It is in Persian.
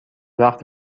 وقت